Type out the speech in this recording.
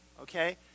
Okay